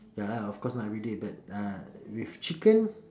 ya lah of course not everyday but uh with chicken